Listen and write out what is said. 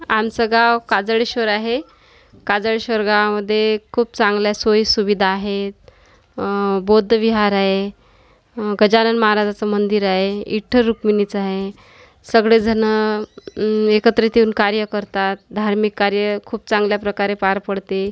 आमचं गाव काजळेश्वर आहे काजळेश्वर गावामध्ये खूप चांगल्या सोयीसुविधा आहे बौद्ध विहार आहे गजानन महाराजाचं मंदिर आहे विठ्ठल रुक्मिणीचं आहे सगळेजण एकत्रित येऊन कार्य करतात धार्मिक कार्य खूप चांगल्याप्रकारे पार पडते